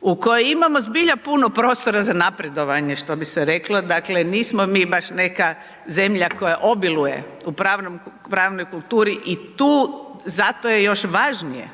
u kojoj imamo zbilja puno prostora za napredovanje što bi se reklo. Dakle, nismo mi baš neka zemlja koja obiluje u pravnoj kulturi i tu, zato je još važnije